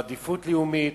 עדיפות לאומית.